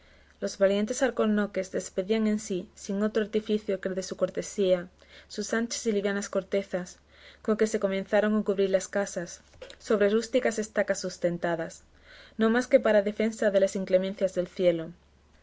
los valientes alcornoques despedían de sí sin otro artificio que el de su cortesía sus anchas y livianas cortezas con que se comenzaron a cubrir las casas sobre rústicas estacas sustentadas no más que para defensa de las inclemencias del cielo